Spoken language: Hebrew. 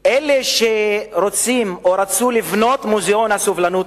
אלה שרוצים או רצו לבנות את מוזיאון הסובלנות